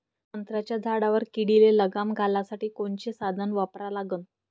संत्र्याच्या झाडावर किडीले लगाम घालासाठी कोनचे साधनं वापरा लागन?